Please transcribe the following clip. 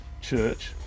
church